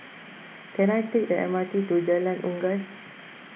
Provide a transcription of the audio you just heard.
can I take the M R T to Jalan Unggas